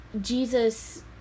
Jesus